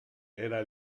era